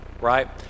right